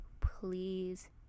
please